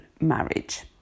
marriage